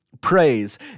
praise